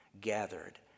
gathered